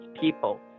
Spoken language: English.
people